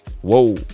Whoa